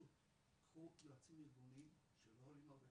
קחו יועצים ארגוניים שלא עולים הרבה כסף,